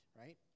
Right